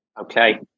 Okay